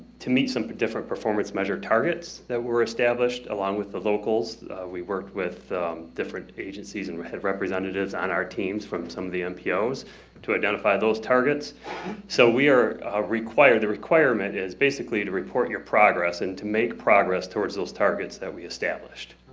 to meet some different performance measure targets that were established along with the locals we worked with different agencies and we had representatives on our teams from some of the mpos to identify those targets so we ah required the requirement is basically to report your progress and to make progress towards those targets that we established